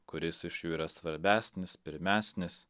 kuris iš jų yra svarbesnis pirmesnis